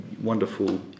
wonderful